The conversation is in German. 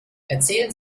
erzählen